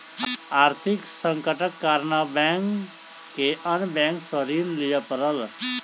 आर्थिक संकटक कारणेँ बैंक के अन्य बैंक सॅ ऋण लिअ पड़ल